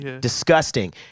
disgusting